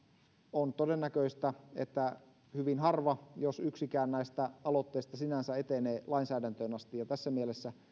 on todennäköistä että hyvin harva jos yksikään näistä aloitteista sinänsä etenee lainsäädäntöön asti tässä mielessä